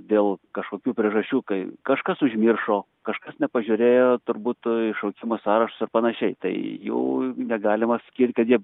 dėl kažkokių priežasčių kai kažkas užmiršo kažkas nepažiūrėjo turbūt į šaukimo sąrašus ar panašiai tai jų negalima skirt kad jie